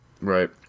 Right